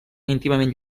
íntimament